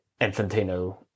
Infantino